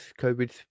covid